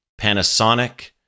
Panasonic